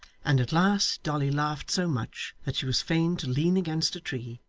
and at last dolly laughed so much that she was fain to lean against a tree,